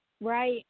Right